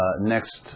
Next